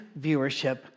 viewership